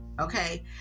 okay